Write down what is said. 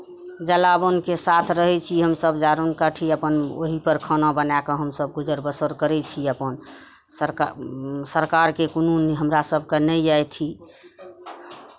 जलावनके साथ रहै छी हमसभ जारनि काठी अपन ओहीपर खाना बनाए कऽ हमसभ गुजर बसर करै छी अपन सरका सरकारके कोनो हमरा सभकेँ नहि यए अथी